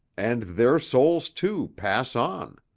and their souls, too, pass on.